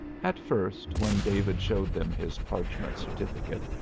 at first when david showed them his parchment certificate,